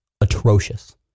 Atrocious